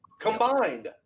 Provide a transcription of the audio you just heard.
combined